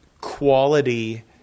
quality